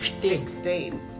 sixteen